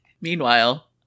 meanwhile